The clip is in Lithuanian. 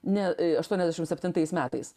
ne aštuoniasdešimt septintais metais